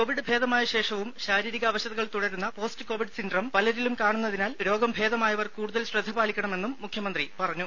Covid ഭേദമായ ശേഷവും ശാരീരികാവശതകൾ തുടരുന്ന പോസ്റ്റ് കോവിഡ് സിൻഡ്രം പലരിലും കാണുന്നതിനാൽ രോഗം ഭേദമായവർ കൂടുതൽ ശ്രദ്ധ പാലിക്കണമെന്നും മുഖ്യമന്ത്രി പറഞ്ഞു